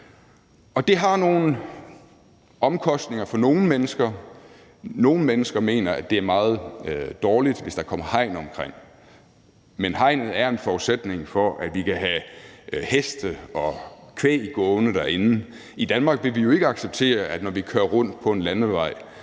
det har nogle omkostninger for nogle mennesker. Nogle mennesker mener, at det er meget dårligt, hvis der kommer hegn omkring naturnationalparkerne, men hegnet er en forudsætning for, at vi kan have heste og kvæg gående derinde. I Danmark vil vi jo ikke acceptere, at der, når vi kører rundt på en landevej